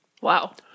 Wow